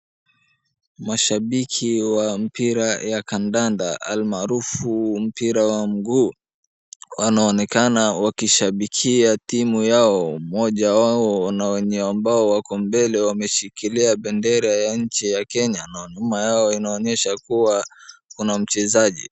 Mashabiki wa mpira ya kandanda almaarufu mpira wa mguu wanaonekana wakishabikia timu yao. Mmoja wao na wenye ambao wako mbele wameshikilia bendera ya nchi ya Kenya na nyuma yao inaonyesha kuwa kuna mchezaji.